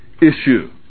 issue